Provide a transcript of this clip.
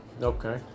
okay